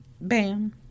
Bam